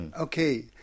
Okay